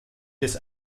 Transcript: des